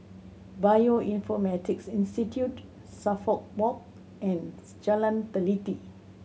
Bioinformatics Institute Suffolk Walk and Jalan Teliti